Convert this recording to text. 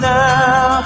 now